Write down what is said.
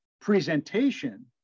presentation